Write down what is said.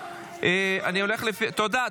תודה.